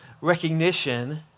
recognition